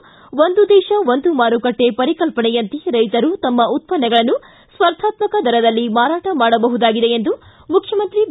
ಒಂದು ದೇತ ಒಂದು ಮಾರುಕಟ್ಟೆ ಪರಿಕಲ್ಪನೆಯಂತೆ ರೈತರು ತಮ್ಮ ಉತ್ಪನ್ನಗಳನ್ನು ಸ್ಪರ್ಧಾತ್ಮಕ ದರದಲ್ಲಿ ಮಾರಾಟ ಮಾಡಬಹುದಾಗಿದೆ ಎಂದು ಮುಖ್ಯಮಂತ್ರಿ ಬಿ